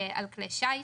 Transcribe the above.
על כלי שייט.